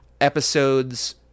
episodes